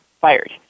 fired